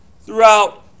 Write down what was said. throughout